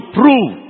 prove